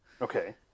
Okay